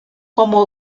como